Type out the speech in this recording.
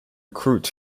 recruit